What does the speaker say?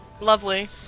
Lovely